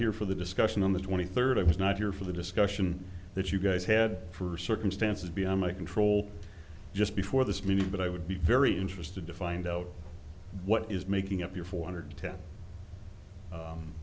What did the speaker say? here for the discussion on the twenty third i was not here for the discussion that you guys had for circumstances beyond my control just before this meeting but i would be very interested to find out what is making up your four hundred